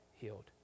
healed